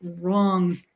wrong